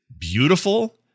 beautiful